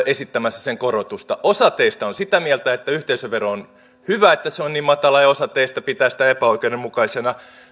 esittämässä sen korotusta osa teistä on sitä mieltä että on hyvä että yhteisövero on niin matala ja osa teistä pitää sitä epäoikeudenmukaisena